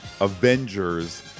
Avengers